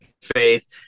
faith